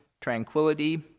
tranquility